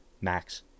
Max